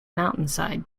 mountainside